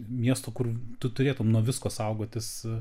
miesto kur tu turėtum nuo visko saugotis